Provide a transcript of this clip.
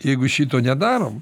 jeigu šito nedarom